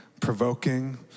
provoking